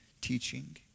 Teaching